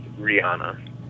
Rihanna